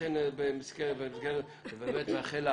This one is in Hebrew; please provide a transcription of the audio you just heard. לכן באמת נאחל לה